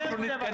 את הנתונים,